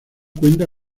cuenta